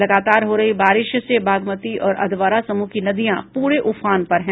लगातार हो रही बारिश से बागमती और अधवारा समूह की नदियां पूरे उफान पर हैं